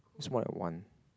it's more like one